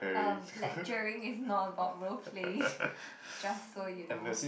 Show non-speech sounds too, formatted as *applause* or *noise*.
um lecturing is not about role playing *laughs* just so you know